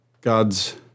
God's